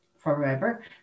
forever